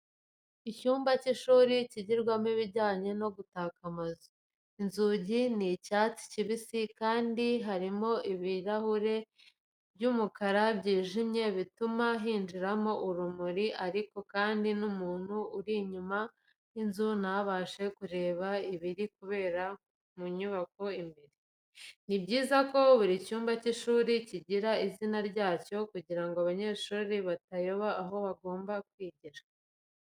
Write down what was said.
Icyumba cy'ishuri cyigirwamo ibijyanye no gutaka amazu. Inzugi ni icyatsi kibisi kandi harimo ibirahure by'umukara byijimye bituma hinjiramo urumuri ariko kandi n'umuntu uri inyuma y'inzu ntabashe kureba ibiri kubera mu nyubako imbere. Ni byiza ko buri cyumba cy'ishuri kigira izina ryacyo kugira ngo abanyeshuri batayoba aho bagomba kwigira.